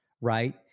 Right